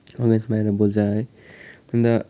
आवेशमा आएर बोल्छ है अन्त